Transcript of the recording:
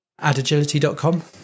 Adagility.com